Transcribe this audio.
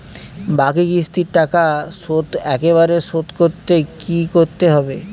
বাকি কিস্তির টাকা শোধ একবারে শোধ করতে কি করতে হবে?